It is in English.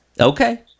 Okay